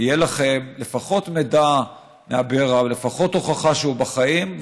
ויהיה לכם לפחות מידע מאברה ולפחות הוכחה שהוא בחיים,